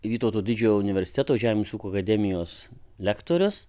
vytauto didžiojo universiteto žemės ūkio akademijis lektorius